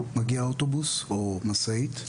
מגיע אוטובוס או משאית,